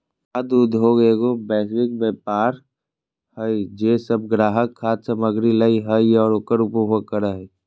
खाद्य उद्योगएगो वैश्विक व्यापार हइ जे सब ग्राहक खाद्य सामग्री लय हइ और उकर उपभोग करे हइ